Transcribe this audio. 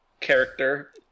character